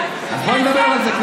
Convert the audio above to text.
200. תעשה,